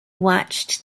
watched